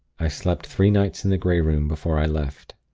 i slept three nights in the grey room, before i left.